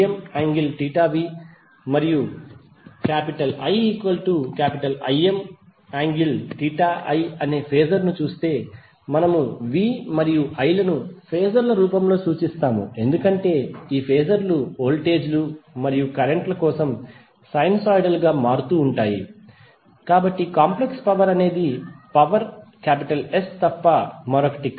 VVmvమరియు IImiఅనే ఫేజర్ ను చూస్తే మనము V మరియు I లను ఫేజర్ ల రూపంలో సూచిస్తాము ఎందుకంటే ఈ ఫేజర్ లు వోల్టేజ్ మరియు కరెంట్ కోసం సైనూసోయిడ్ గా మారుతూ ఉంటాయి కాబట్టి కాంప్లెక్స్ పవర్ అనేది పవర్ S తప్ప మరొకటి కాదు